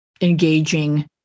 engaging